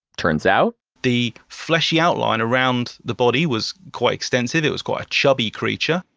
turns out, the fleshy outline around the body was quite extensive. it was quite a chubby creature.